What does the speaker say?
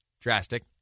drastic